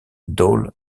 dol